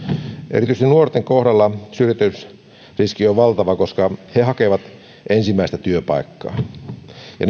erityisesti nuorten kohdalla syrjäytymisriski on valtava koska he hakevat ensimmäistä työpaikkaa ja